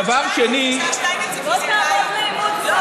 השר שטייניץ, אעשה איתך חשבון אחרי זה.